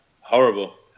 horrible